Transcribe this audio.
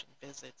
visits